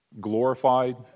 glorified